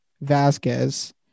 Vasquez